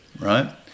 right